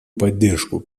поддержку